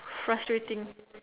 frustrating